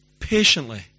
patiently